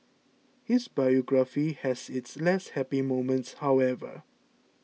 his biography has its less happy moments however